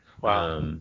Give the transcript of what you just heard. Wow